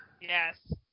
yes